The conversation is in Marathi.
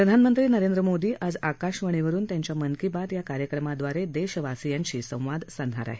प्रधानमंत्री नरेंद्र मोदी आज आकाशवाणीवरुन त्यांच्या मन की बात या कार्यक्रमाद्वारे देशावासियांशी संवाद साधणार आहेत